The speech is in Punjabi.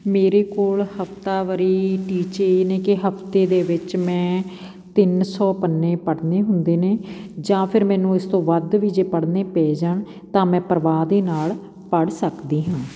ਮੇਰੇ ਕੋਲ ਹਫ਼ਤਾਵਰੀ ਟੀਚੇ ਨੇ ਕਿ ਹਫ਼ਤੇ ਦੇ ਵਿੱਚ ਮੈਂ ਤਿੰਨ ਸੌ ਪੰਨੇ ਪੜ੍ਹਨੇ ਹੁੰਦੇ ਨੇ ਜਾਂ ਫਿਰ ਮੈਨੂੰ ਇਸ ਤੋਂ ਵੱਧ ਵੀ ਜੇ ਪੜ੍ਹਨੇ ਪੈ ਜਾਣ ਤਾਂ ਮੈਂ ਪਰਵਾਹ ਦੇ ਨਾਲ ਪੜ੍ਹ ਸਕਦੀ ਹਾਂ